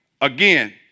again